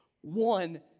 One